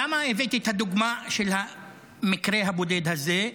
למה הבאתי את הדוגמה של המקרה הבודד הזה?